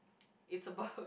it's about